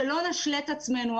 שלא נשלה את עצמנו,